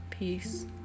peace